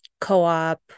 co-op